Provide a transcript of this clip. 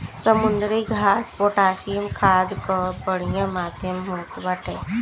समुद्री घास पोटैशियम खाद कअ बढ़िया माध्यम होत बाटे